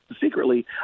secretly